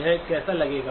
यह कैसा लगेगा